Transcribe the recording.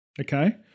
Okay